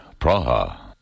Praha